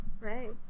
Right